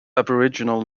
aboriginal